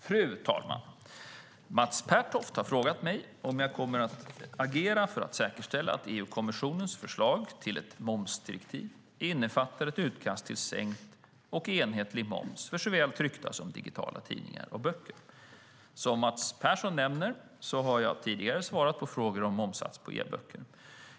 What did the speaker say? Fru talman! Mats Pertoft har frågat mig om jag kommer att agera för att säkerställa att EU-kommissionens förslag till ett momsdirektiv innefattar ett utkast till sänkt och enhetlig moms för såväl tryckta som digitala tidningar och böcker. Som Mats Pertoft nämner så har jag tidigare svarat på frågor om momssats på e-böcker.